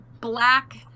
black